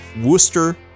Worcester